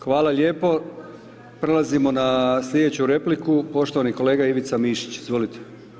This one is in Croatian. Hvala lijepo, prelazimo na slijedeću repliku, poštovani kolega Ivica Mišić, izvolite.